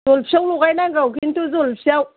जलफियाव लगायनांगौ खिन्थु जलफियाव